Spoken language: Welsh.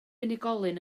unigolyn